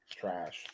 Trash